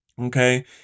Okay